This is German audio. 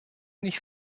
nicht